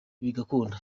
bigakunda